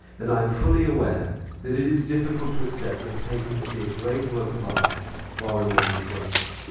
and i am fully aware that it is difficult to accept that a painting can be a great work of art while remaining joyful,